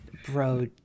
Bro